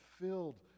filled